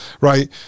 right